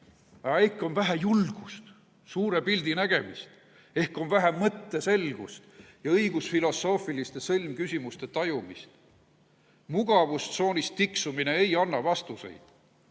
ehk on vähe julgust, suure pildi nägemist? Ehk on vähe mõtteselgust ja õigusfilosoofiliste sõlmküsimuste tajumist? Mugavustsoonis tiksumine ei anna vastuseid.